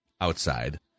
outside